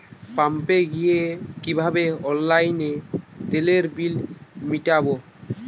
পাম্পে গিয়ে কিভাবে অনলাইনে তেলের বিল মিটাব?